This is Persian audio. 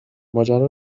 ماجرا